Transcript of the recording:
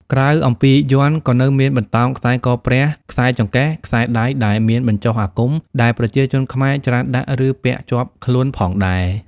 ក្រៅអំពីយ័ន្តក៏នៅមានបន្តោងខ្សែកព្រះខ្សែចង្កេះខ្សែដៃដែលមានបញ្ចុះអាគមដែលប្រជាជនខ្មែរច្រើនដាក់ឬពាក់ជាប់ខ្លួនផងដែរ